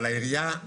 אבל העירייה,